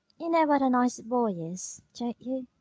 you know what a nice boy is, don't you?